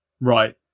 right